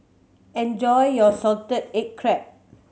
enjoy your salted egg crab